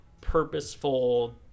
purposeful